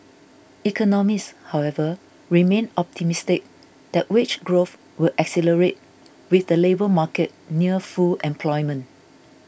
economists however remain optimistic that wage growth will accelerate with the labour market near full employment